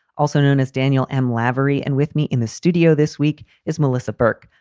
also known as daniel m. lavery. and with me in the studio this week is melissa burke,